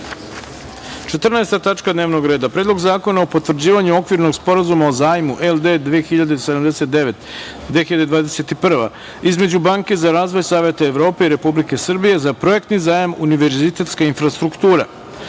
tačka dnevnog reda – Predlog zakona o potvrđivanju Okvirnog sporazuma o zajmu LD 2079 (2021) između Banke za razvoj Saveta Evrope Republike Srbije za projektni zajam – Univerzitetska infrastruktura,